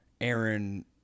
Aaron